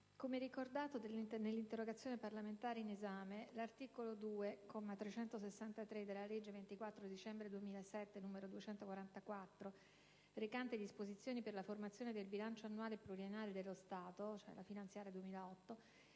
come ricordato nell'interrogazione parlamentare in esame, l'articolo 2, comma 363, della legge 24 dicembre 2007 n. 244, recante «Disposizioni per la formazione del bilancio annuale e pluriennale dello Stato (legge finanziaria 2008)»